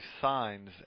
signs